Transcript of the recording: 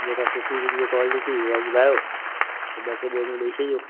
जीअं सुठी हुजे क्वॉलिटी उहा ॿुधायो ऐं ॿ टे बोरियूं ॾेई छॾियो